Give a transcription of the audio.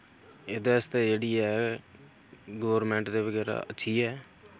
एह्दे आस्तै जेह्ड़ी ऐ गोरमैंट ते बगैरा अच्छी ऐ